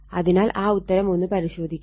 അതിനാൽ ആ ഉത്തരം ഒന്ന് പരിശോധിക്കുക